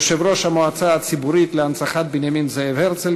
יושב-ראש המועצה הציבורית להנצחת זכרו של בנימין זאב הרצל,